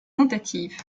tentatives